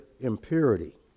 impurity